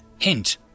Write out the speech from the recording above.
hint